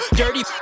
dirty